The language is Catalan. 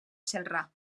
celrà